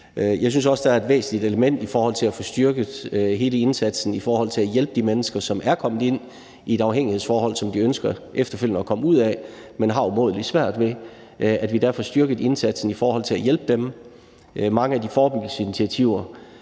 Jeg synes også, det er et væsentligt element, at vi får styrket hele indsatsen for at hjælpe de mennesker, som er kommet ind i et afhængighedsforhold, som de efterfølgende ønsker at komme ud af, men har umådelig svært ved. Mange af de forebyggelsesinitiativer, vi kender i dag, er jo forebyggelsesinitiativer,